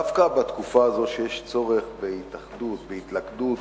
דווקא בתקופה הזאת שבה יש צורך בהתאחדות, בהתלכדות